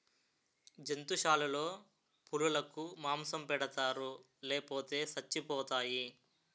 జంతుశాలలో పులులకు మాంసం పెడతారు లేపోతే సచ్చిపోతాయి